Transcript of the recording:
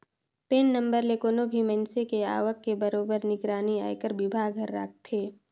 PAN number ले कोनो भी मइनसे के आवक के बरोबर निगरानी आयकर विभाग हर राखथे